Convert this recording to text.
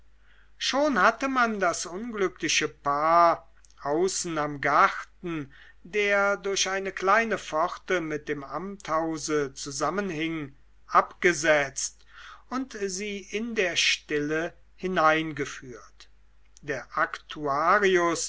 schon hatte man das unglückliche paar außen am garten der durch eine kleine pforte mit dem amthause zusammenhing abgesetzt und sie in der stille hineingeführt der